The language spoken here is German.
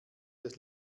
des